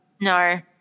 No